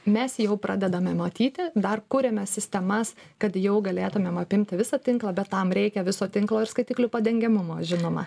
mes jau pradedame matyti dar kuriame sistemas kad jau galėtumėm apimti visą tinklą bet tam reikia viso tinklo ir skaitiklių padengiamumo žinoma